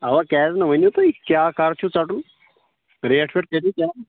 اَوا کیٛازِ نہٕ ؤنِو تُہۍ کیٛاہ کر چھُ ژَٹُن ریٹ ویٹ کٔرِو